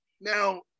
Now